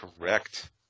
correct